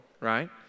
right